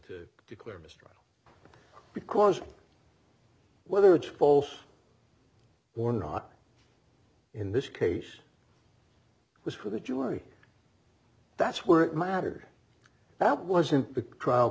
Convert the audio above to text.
to declare a mistrial because whether it's false or not in this case it was for the jury that's where it mattered that wasn't the trial